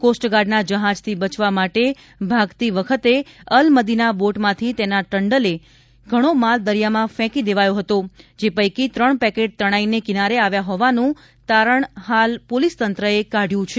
cost ગાર્ડના જહાજથી બચવા માટે ભાગતી વખતે અલ મદીના બોટમાંથી તેના ટંડેલ દ્વારા ઘણો માલ દરિયામાં ફેંકી દેવાયો હતો જે પૈકી ત્રણ પેકેટ તણાઈને કિનારે આવ્યા હોવાનું તારણ હાલ પોલીસ તંત્રએ કાઢ્યું છે